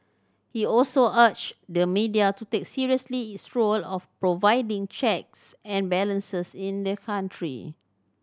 he also urged the media to take seriously its role of providing checks and balances in the country